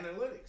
Analytics